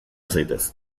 zaitez